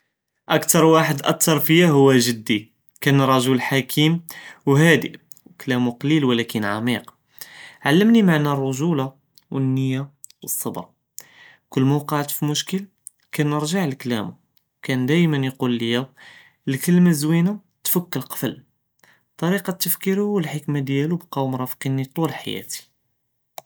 אכּתר וחד את׳ר פיא הוא ג׳די כאן רג׳ל חכים והאדֶא וכלאמו קליל ולכּן עמיק, עלמני מענא לרג׳ולה ואלנִיָה ואלצבר, כל מא וקעת פמשכּל כַּנרזע לכלאמו, כאן דיימן יקול ליא אלכּלמה לזווינה תפכּ לקפל, טְרִיקַה תפכּירו ואלחכמה דיאלו בקאו מראפקיני טול חיאתי.